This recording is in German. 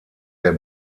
der